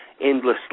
endlessly